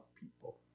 people